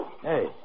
Hey